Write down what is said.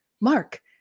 Mark